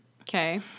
Okay